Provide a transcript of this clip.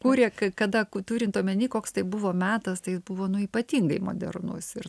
kūrė ka kada turint omeny koks tai buvo metas tai jis buvo nu ypatingai modernus ir